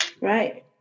Right